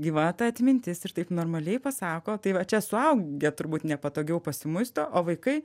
gyva ta atmintis ir taip normaliai pasako tai va čia suaugę turbūt nepatogiau pasimuisto o vaikai